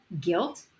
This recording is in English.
guilt